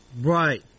Right